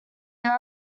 there